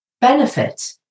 benefit